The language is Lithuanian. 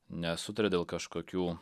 nesutaria dėl kažkokių